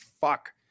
fuck